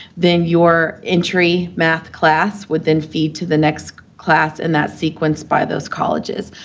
then your entry math class would then feed to the next class in that sequence by those colleges.